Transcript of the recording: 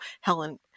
Helen